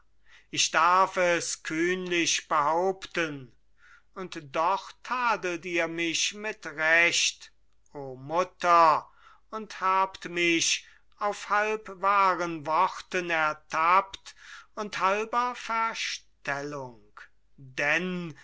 ich darf es kühnlich behaupten und doch tadelt ihr mich mit recht o mutter und habt mich auf halbwahren worten ertappt und halber verstellung denn